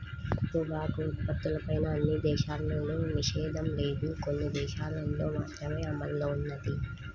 పొగాకు ఉత్పత్తులపైన అన్ని దేశాల్లోనూ నిషేధం లేదు, కొన్ని దేశాలల్లో మాత్రమే అమల్లో ఉన్నది